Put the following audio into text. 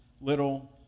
little